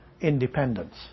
independence